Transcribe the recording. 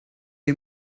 you